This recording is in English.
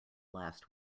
last